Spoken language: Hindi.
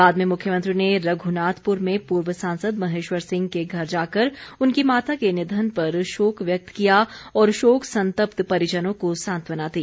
बाद में मुख्यमंत्री ने रघुनाथपुर में पूर्व सांसद महेश्वर सिंह के घर जाकर उनकी माता के निधन पर शोक व्यक्त किया और शोक संतप्त परिजनों को सांत्वना दी